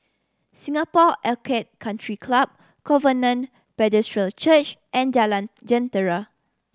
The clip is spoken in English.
Singapore Orchid Country Club Covenant Church and Jalan Jentera